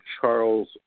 Charles